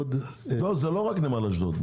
זה לא רק נמל אשדוד.